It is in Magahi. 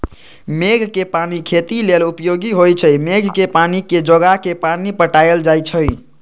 मेघ कें पानी खेती लेल उपयोगी होइ छइ मेघ के पानी के जोगा के पानि पटायल जाइ छइ